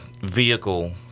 vehicle